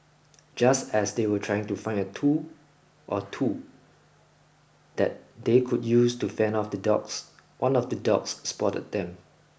just as they were trying to find a tool or two that they could use to fend off the dogs one of the dogs spotted them